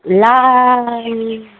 ला